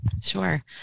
sure